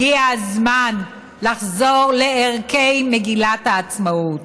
הגיע הזמן לחזור לערכי מגילת העצמאות.